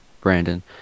Brandon